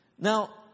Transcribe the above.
now